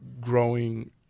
growing